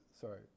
sorry